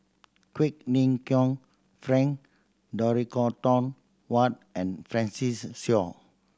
Quek Ling Kiong Frank Dorrington Ward and Francis Seow